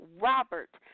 Robert